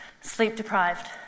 sleep-deprived